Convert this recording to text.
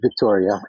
Victoria